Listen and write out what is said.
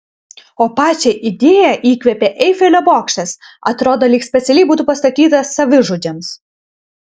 o pačią idėją įkvėpė eifelio bokštas atrodo lyg specialiai būtų pastatytas savižudžiams